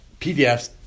PDFs